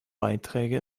beiträge